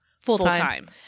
full-time